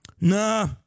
Nah